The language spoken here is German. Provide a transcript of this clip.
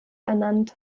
ernannt